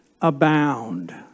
abound